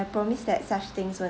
I promise that such things won't